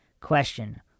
Question